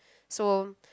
so